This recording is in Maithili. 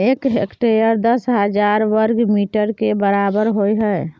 एक हेक्टेयर दस हजार वर्ग मीटर के बराबर होय हय